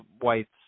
White's